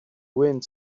wind